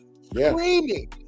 screaming